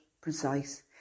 precise